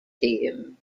team